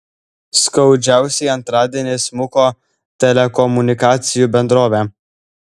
skaudžiausiai antradienį smuko telekomunikacijų bendrovė